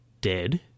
dead